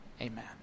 Amen